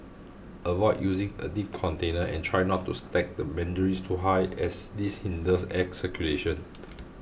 avoid using a deep container and try not to stack the mandarins too high as this hinders air circulation